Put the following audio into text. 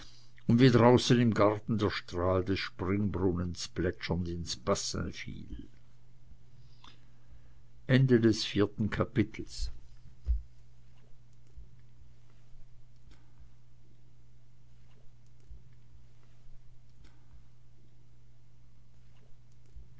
und wie draußen im garten der strahl des springbrunnens plätschernd ins bassin fiel fünftes kapitel